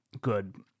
good